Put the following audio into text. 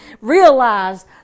realize